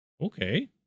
Okay